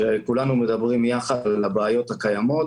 שכולנו מדברים ביחד על הבעיות הקיימות.